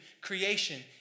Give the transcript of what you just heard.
creation